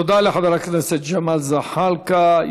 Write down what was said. תודה לחבר הכנסת ג'מאל זחאלקה.